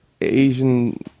Asian